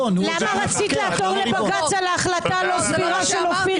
למה רצית לעתור לבג"ץ על ההחלטה הלא סבירה של אופיר כץ?